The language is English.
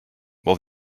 while